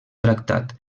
tractat